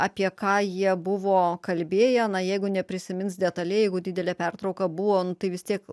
apie ką jie buvo kalbėję na jeigu neprisimins detaliai jeigu didelė pertrauka buvo nu tai vis tiek